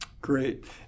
Great